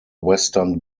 western